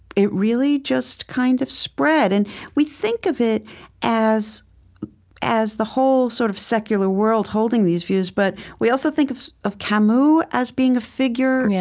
it really just kind of spread. and we think of it as as the whole sort of secular world holding these views, but we also think of of camus as being a figure, yes,